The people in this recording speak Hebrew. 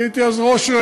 אני הייתי אז ראש,